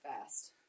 fast